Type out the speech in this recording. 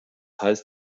heißt